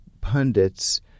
pundits